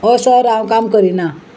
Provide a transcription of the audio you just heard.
हय सर हांव काम करिना